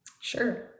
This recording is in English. sure